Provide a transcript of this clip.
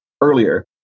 earlier